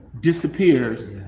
Disappears